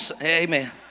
Amen